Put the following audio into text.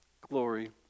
glory